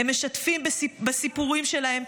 הם משתפים בסיפורים שלהם,